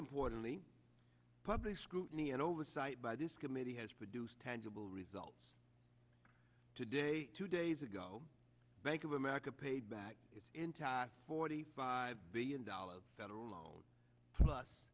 importantly public scrutiny and oversight by this committee has produced tangible results today two days ago bank of america paid back its entire forty five billion dollars federal loan plus